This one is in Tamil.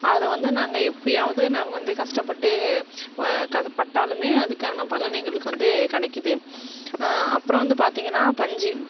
அது வந்து நாங்கள் எப்படியாவுது நாங்கள் வந்து கஷ்டப்பட்டு பட்டாலுமே அதுக்கான பலன் எங்களுக்கு வந்து கிடைக்கிது அப்புறோம் வந்து பார்த்தீங்கனா பஞ்சு